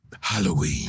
Halloween